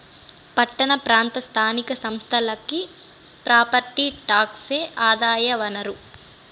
పట్టణ ప్రాంత స్థానిక సంస్థలకి ప్రాపర్టీ టాక్సే ఆదాయ వనరు